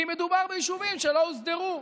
כי מדובר ביישובים שלא הוסדרו.